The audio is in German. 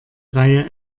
reihe